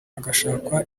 hagashakwa